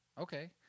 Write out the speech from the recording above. Okay